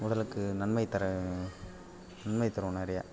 உடலுக்கு நன்மை தர நன்மை தரும் நிறையா